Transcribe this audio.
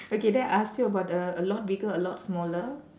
okay then I ask you about the a lot bigger a lot smaller